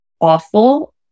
awful